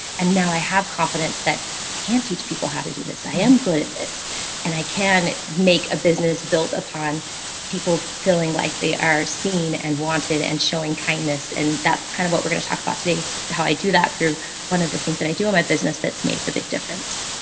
and now i have competence that i can't teach people how to do this. i am good at this and i can make a business built upon people feeling like they are seen and wanted and showing kindness. and that's kind of what we're going to talk about today. so how i do that through one of the things that i do in my business, that's made the big difference.